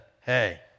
hey